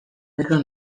metro